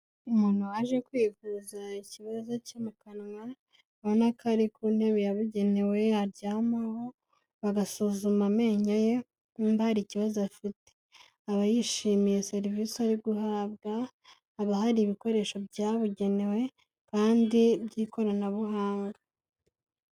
Umuntu waje kwivuza ikibazo cyo mu kanwa urabona ko ari ku ntebe yabugenewe aryamaho bagasuzuma amenyo ye niba hari ikibazo afite, aba yishimiye serivisi ari guhabwa haba hari ibikoresho byabugenewe kandi by'ikoranabuhanga.